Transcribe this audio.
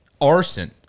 arson